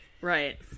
right